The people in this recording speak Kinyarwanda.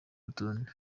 rutonde